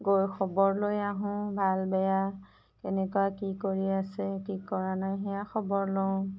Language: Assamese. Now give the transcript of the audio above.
গৈ খবৰ লৈ আহোঁ ভাল বেয়া কেনেকুৱা কি কৰি আছে কি কৰা নাই সেয়া খবৰ লওঁ